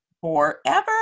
Forever